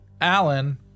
Alan